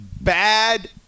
bad